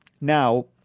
Now